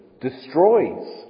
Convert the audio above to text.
destroys